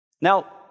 Now